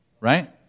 right